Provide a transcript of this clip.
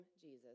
Jesus